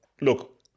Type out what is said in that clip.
look